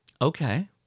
Okay